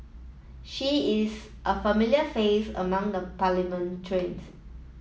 she is a familiar face among the parliamentarians